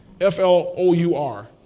F-L-O-U-R